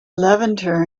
levanter